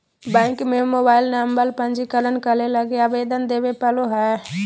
bank में mobile number पंजीकरण करे लगी आवेदन देबे पड़ो हइ